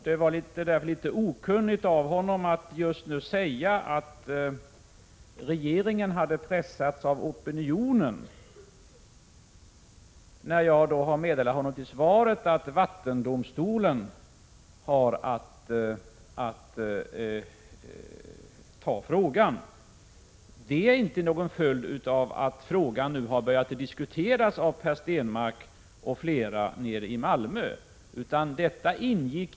Det var litet okunnigt av honom att just nu säga att regeringen hade pressats av opinionen, när jag har meddelat honom i svaret att vattendomstolen har att pröva frågan. Det är inte någon följd av att frågan nu har börjat diskuteras av Per Stenmarck och flera andra nere i Malmö.